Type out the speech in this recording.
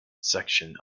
section